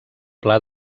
pla